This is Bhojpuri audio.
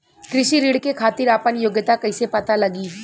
कृषि ऋण के खातिर आपन योग्यता कईसे पता लगी?